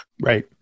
Right